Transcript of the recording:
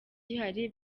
gihari